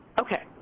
okay